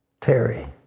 terry.